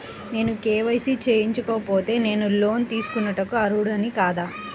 నేను కే.వై.సి చేయించుకోకపోతే నేను లోన్ తీసుకొనుటకు అర్హుడని కాదా?